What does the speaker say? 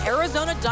Arizona